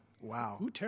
Wow